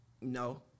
no